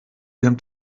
ihrem